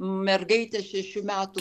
mergaitės šešių metų